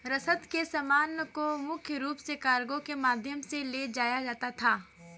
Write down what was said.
रसद के सामान को मुख्य रूप से कार्गो के माध्यम से ले जाया जाता था